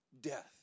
death